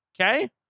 okay